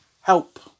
help